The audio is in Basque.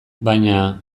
baina